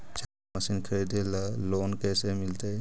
चारा मशिन खरीदे ल लोन कैसे मिलतै?